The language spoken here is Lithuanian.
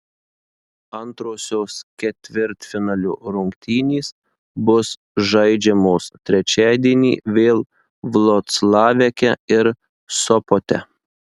antrosios ketvirtfinalio rungtynės bus žaidžiamos trečiadienį vėl vloclaveke ir sopote